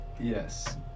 Yes